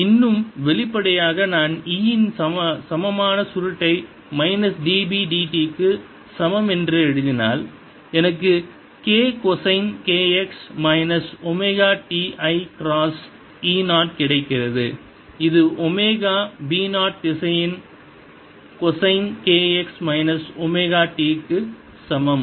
இன்னும் வெளிப்படையாக நான் E இன் சமமான சுருட்டை மைனஸ் dB dt க்கு சமம் என்று எழுதினால் எனக்கு k cosine k x minus omega t i cross E 0 கிடைக்கிறது இது ஒமேகா B 0 திசையன் cosine k x minus omega t க்கு சமம்